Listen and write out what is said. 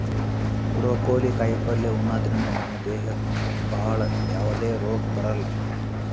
broccoli ಕಾಯಿಪಲ್ಯ ಉಣದ್ರಿಂದ ನಮ್ ದೇಹಕ್ಕ್ ಭಾಳ್ ಯಾವದೇ ರೋಗ್ ಬರಲ್ಲಾ